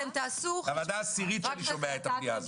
זו הוועדה העשירית שאני שומע את זה.